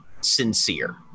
sincere